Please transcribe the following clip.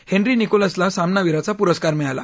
Henry निकोलसला सामनावीराचा पुरस्कार मिळाला